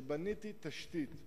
שבניתי תשתית,